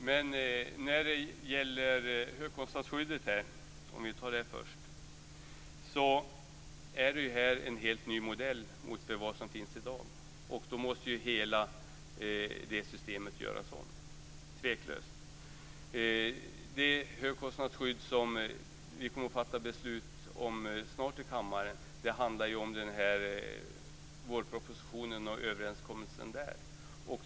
Fru talman! Det var mycket. Först till högkostnadsskyddet. Det här är en helt ny modell mot vad som finns i dag. Då måste hela det systemet göras om, tveklöst. Det högkostnadsskydd som vi snart kommer att fatta beslut om i kammaren handlar om vårpropositionen och överenskommelsen där.